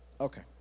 Okay